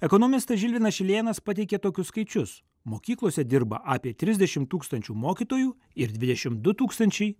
ekonomistas žilvinas šilėnas pateikė tokius skaičius mokyklose dirba apie trisdešim tūkstančių mokytojų ir dvidešim du tūkstančiai